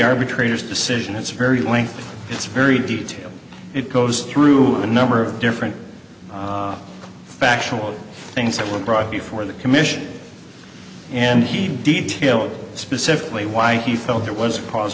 arbitrator's decision it's very lengthy it's very detail it goes through a number of different factual things that were brought before the commission and he detail specifically why he felt there was